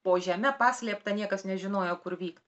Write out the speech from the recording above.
po žeme paslėpta niekas nežinojo kur vykt